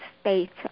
States